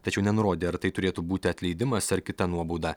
tačiau nenurodė ar tai turėtų būti atleidimas ar kita nuobauda